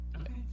Okay